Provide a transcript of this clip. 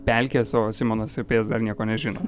pelkės o simonas apie jas dar nieko nežino